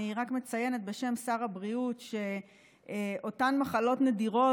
אני רק מציינת בשם שר הבריאות שאותן מחלות נדירות,